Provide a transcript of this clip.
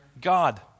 God